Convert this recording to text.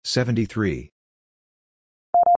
Seventy-three